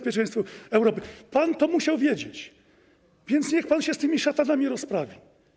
Pan to musiał wiedzieć, więc niech pan się z tymi szatanami rozprawi.